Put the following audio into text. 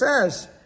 says